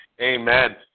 Amen